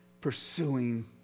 pursuing